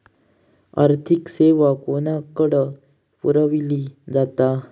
आर्थिक सेवा कोणाकडन पुरविली जाता?